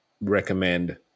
recommend